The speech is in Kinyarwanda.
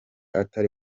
atari